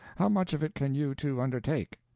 how much of it can you two undertake?